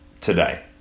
today